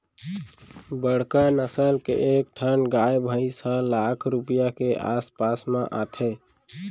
बड़का नसल के एक ठन गाय भईंस ह लाख रूपया के आस पास म आथे